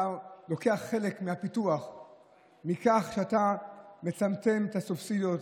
אתה לוקח חלק מהפיתוח בכך שאתה מצמצם את הסובסידיות,